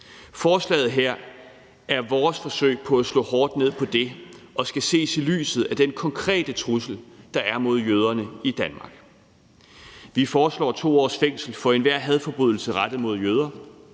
Forslaget her er vores forsøg på at slå hårdt ned på det og skal ses i lyset af den konkrete trussel, der er mod jøderne i Danmark. Vi foreslår 2 års fængsel for enhver hadforbrydelse rettet mod jøder.